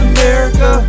America